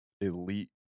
elite